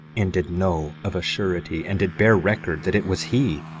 and did know of a surety and did bear record, that it was he,